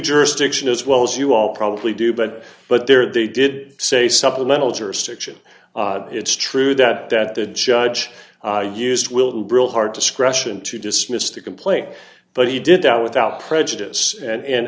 jurisdiction as well as you all probably do but but there they did say supplemental jurisdiction it's true that that the judge used will brill hard to scratch and to dismiss to complain but he did that without prejudice and